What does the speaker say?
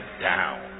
down